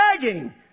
begging